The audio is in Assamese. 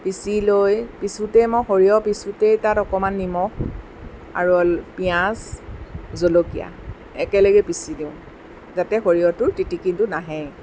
পিচি লৈ পিচোঁতে মই সৰিয়হ পিচোঁতেই তাত অকণমান নিমখ আৰু অল পিঁয়াজ জলকীয়া একেলগে পিচি দিওঁ যাতে সৰিয়হটোৰ তিতিকিটো নাহে